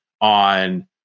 on